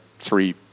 three